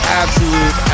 absolute